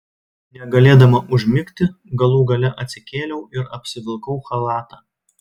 negalėdama užmigti galų gale atsikėliau ir apsivilkau chalatą